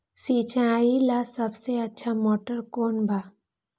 सिंचाई ला सबसे अच्छा मोटर कौन बा?